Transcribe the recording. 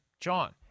John